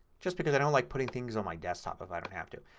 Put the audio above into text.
just because i don't like putting things on my desktop if i don't have to.